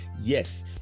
Yes